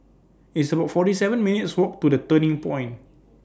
It's about forty seven minutes' Walk to The Turning Point